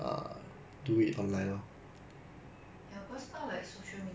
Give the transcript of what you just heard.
platform that really can be misused lah for good or bad